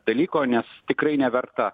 dalyko nes tikrai neverta